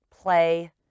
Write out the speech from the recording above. play